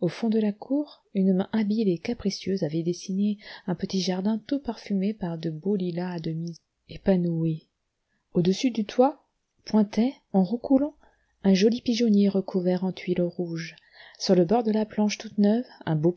au fond de la cour une main habile et capricieuse avait dessiné un petit jardin tout parfumé par de beaux lilas à demi épanouis au-dessus du toit pointait en roucoulant un joli pigeonnier recouvert en tuiles rouges sur le bord de la planche toute neuve un beau